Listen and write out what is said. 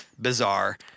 Bizarre